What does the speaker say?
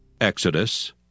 Exodus